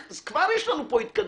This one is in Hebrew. כבר יש לנו פה התקדמות.